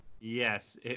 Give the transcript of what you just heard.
yes